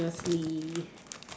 seriously